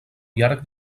llarg